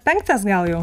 penktas gal jau